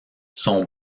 son